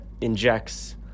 injects